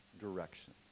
direction